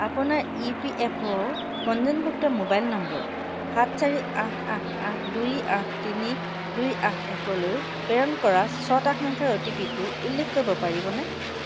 আপোনাৰ E P F O পঞ্জীয়নভুক্ত mobile নম্বৰ সাত চাৰি আঠ আঠ আঠ দুই আঠ তিনি দুই আঠ একলৈ প্ৰেৰণ কৰা ছটা সংখ্যাৰ অ' টি পি টো উল্লেখ কৰিব পাৰিবনে